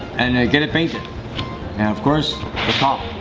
and get it painted and of course the top